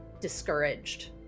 discouraged